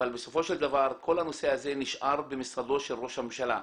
אבל בסופו של דבר כל הנושא הזה נשאר במשרדו של ראש הממשלה.